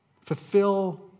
fulfill